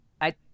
I-